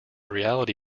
reality